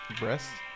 breasts